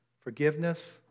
forgiveness